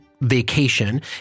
vacation